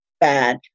Bad